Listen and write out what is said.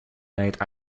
made